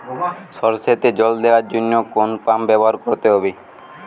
সরষেতে জল দেওয়ার জন্য কোন পাম্প ব্যবহার করতে হবে?